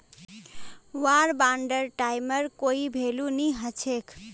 वार बांडेर टाइमेर कोई भेलू नी हछेक